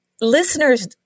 listeners